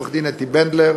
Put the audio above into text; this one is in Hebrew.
עורכת-הדין אתי בנדלר